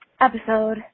episode